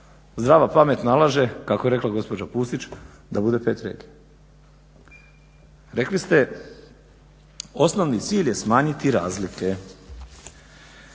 zdrava pamet nalaže kako je rekla gospođa Pusić da bude 5 regija. Rekli ste osnovni cilj je smanjiti razlike.